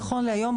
נכון להיום,